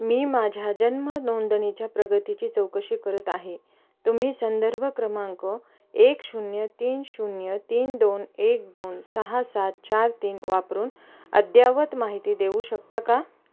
मी माझ्या जन्मनोंदणीच्या प्रगतीची चौकशी करत आहे तुम्ही संदर्भ क्रमांक एक शून्य तीन शून्य तीन दोन एक दोन सहा सात चार तीन वापरून अद्ययावत माहिती देऊ शकता का